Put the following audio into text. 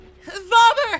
Father